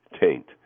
taint